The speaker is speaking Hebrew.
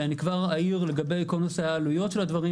אני כבר אעיר לגבי כל נושא העלויות של הדברים,